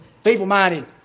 Feeble-minded